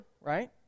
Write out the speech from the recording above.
right